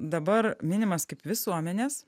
dabar minimas kaip visuomenės